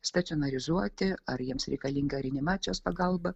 stacionarizuoti ar jiems reikalinga reanimacijos pagalba